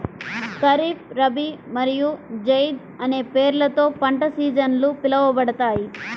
ఖరీఫ్, రబీ మరియు జైద్ అనే పేర్లతో పంట సీజన్లు పిలవబడతాయి